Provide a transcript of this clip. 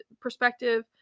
perspective